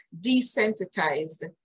desensitized